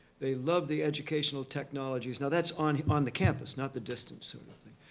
they love the educational technologies. now that's on on the campus, not the distance sort of thing.